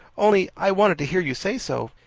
only i wanted to hear you say so.